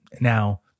now